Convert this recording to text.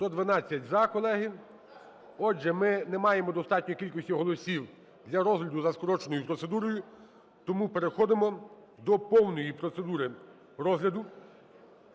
За-112 Колеги, отже, ми не маємо достатньої кількості голосів для розгляду за скороченою процедурою. Тому переходимо до повної процедури розгляду.